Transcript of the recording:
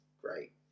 Great